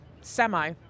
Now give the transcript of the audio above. semi